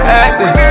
acting